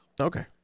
Okay